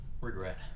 regret